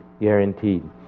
guaranteed